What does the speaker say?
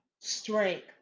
strength